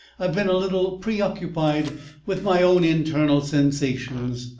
i've been a little preoccupied with my own internal sensations.